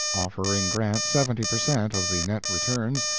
offering grant seventy per cent. of the net returns,